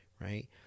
Right